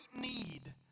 need